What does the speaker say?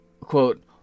quote